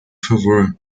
favor